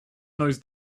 those